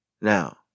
Now